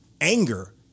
anger